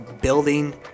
building